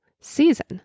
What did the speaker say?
season